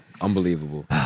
Unbelievable